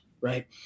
right